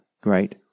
great